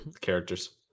characters